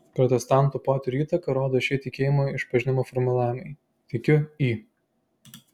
protestantų poterių įtaką rodo šie tikėjimo išpažinimo formulavimai tikiu į